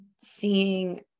seeing